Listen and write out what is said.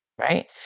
right